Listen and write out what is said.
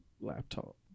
laptop